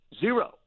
zero